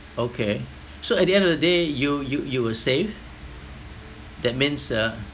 okay so at the end of the day you you you were safe that means uh